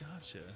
Gotcha